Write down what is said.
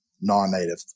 non-native